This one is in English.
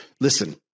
Listen